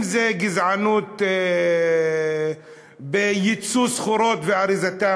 אם זה גזענות בייצוא סחורות ואריזתן,